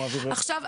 עכשיו,